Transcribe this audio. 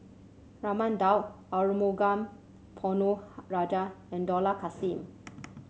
Raman Daud Arumugam Ponnu Rajah and Dollah Kassim